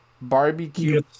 barbecue